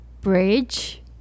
bridge